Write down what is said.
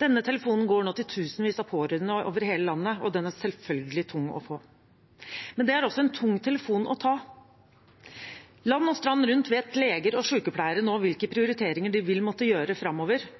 Denne telefonen går nå til tusenvis av pårørende over hele landet, og den er selvfølgelig tung å få. Men det er også en tung telefon å ta. Land og strand rundt vet leger og sykepleiere hvilke prioriteringer de vil måtte gjøre framover.